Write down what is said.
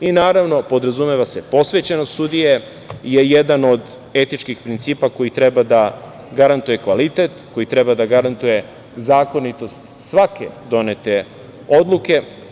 Naravno, podrazumeva se posvećenost sudije, i to je jedan od etičkih principa koji treba da garantuje kvalitet, koji treba da garantuje zakonitost svake donete odluke.